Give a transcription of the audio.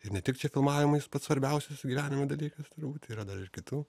ir ne tik čia filmavimas pats svarbiausias gyvenimo dalykas turbūt yra dar ir kitų